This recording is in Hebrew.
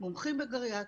מומחים בגריאטריה,